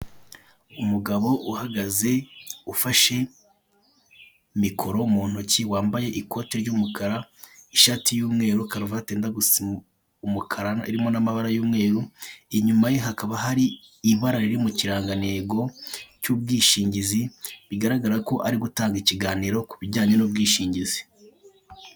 Umugabo uhagaze ufashe mikoro mu ntoki wambaye ikoti ry'umukara, ishati y'umweru, karuvati yenda gusa umukara irimo n'amabara y'umweru, inyuma ye hakaba hari ibara riri mu kirangantego cy'ubwishingizi bigaragara ko arigutanga ikiganiro kubijyanye n'ubwishingizi.